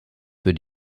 für